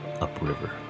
upriver